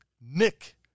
Nick